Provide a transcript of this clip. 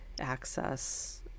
access